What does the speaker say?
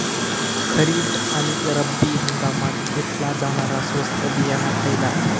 खरीप आणि रब्बी हंगामात घेतला जाणारा स्वस्त बियाणा खयला?